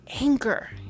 anger